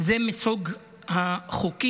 זה מסוג החוקים